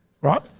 right